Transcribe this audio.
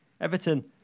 Everton